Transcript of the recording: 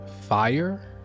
fire